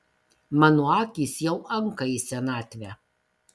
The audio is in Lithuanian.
mano akys jau anka į senatvę